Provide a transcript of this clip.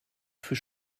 für